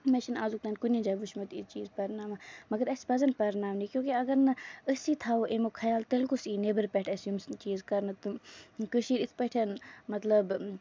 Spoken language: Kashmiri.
مےٚ چھُنہٕ آزُک تام کُنہِ جایہِ وٕچھمُت یہِ چیٖز پَرناوان مَگر اَسہِ پَزن پَرناونہِ کیوں کہِ اَگر نہٕ أسی تھاوو اَمیُک خیال تیٚلہِ کُس یہِ نیبرٕ پٮ۪ٹھ اَسہِ یِم چیٖز کرنہٕ تہٕ کٔشیٖر یِتھ پٲٹھۍ مطلب